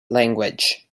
language